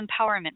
empowerment